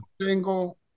single